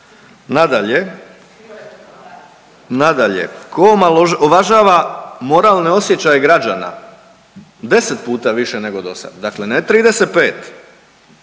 nadalje tko omalovažava moralne osjećaje građane 10 puta više nego dosad, dakle ne 35.